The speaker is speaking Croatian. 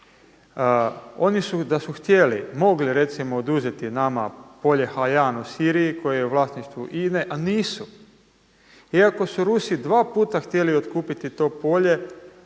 Oni su da su htjeli mogli recimo oduzeti nama polje Hajan u Siriji koji je u vlasništvu INA-e a nisu. Iako su Rusi dva puta htjeli otkupiti to polje